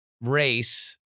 race